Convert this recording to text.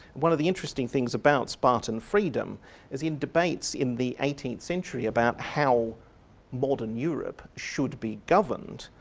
one of the interesting things about spartan freedom is in debates in the eighteenth century about how modern europe should be governed,